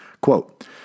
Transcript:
Quote